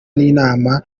n’inama